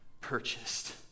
purchased